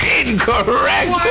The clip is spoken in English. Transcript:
incorrect